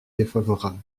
défavorable